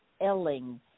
Elling